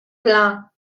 plein